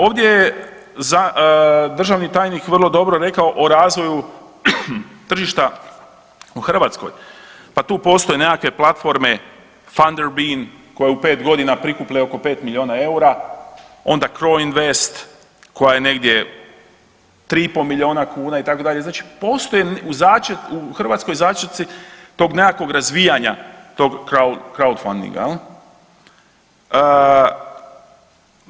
Ovdje je državni tajnik vrlo dobro rekao o razvoju tržišta u Hrvatskoj pa tu postoje nekakve platforme Funderbeam, koja je u 5 godina prikupila oko 5 milijuna eura, onda Cro-Invest koja je negdje 3,5 milijuna kuna, itd., znači postoje u Hrvatskoj začeci tog nekakvog razvijanja tog crowdfundinga, je l'